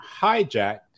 hijacked